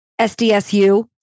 SDSU